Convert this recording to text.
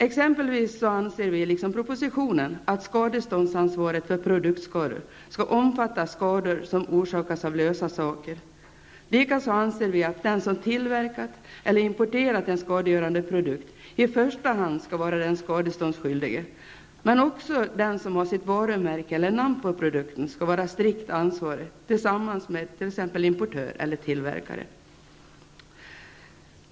Exempelvis anser vi liksom i propositionen att skadeståndsansvaret för produktskador skall omfatta skador som orsakas av lösa saker. Likaså anser vi att den som tillverkat eller importerat en skadegörande produkt i första hand skall vara skadeståndsskyldig. Men också den som har sitt varumärke eller namn på produkten skall vara strikt ansvarig tillsammans med t.ex. importören eller tillverkaren.